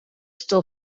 still